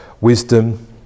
wisdom